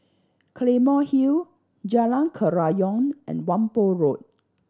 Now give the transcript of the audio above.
Claymore Hill Jalan Kerayong and Whampoa Road